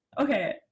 okay